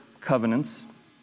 covenants